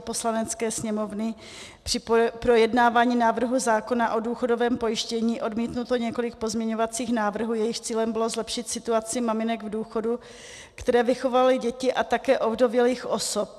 Poslanecké sněmovny při projednávání návrhu zákona o důchodovém pojištění odmítnuto několik pozměňovacích návrhů, jejichž cílem bylo zlepšit situaci maminek v důchodu, které vychovaly děti, a také ovdovělých osob.